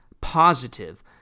positive